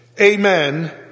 Amen